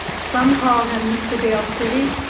some call him mr. dale city,